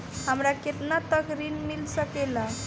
हमरा केतना तक ऋण मिल सके ला?